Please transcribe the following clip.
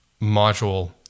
module